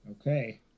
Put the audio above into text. Okay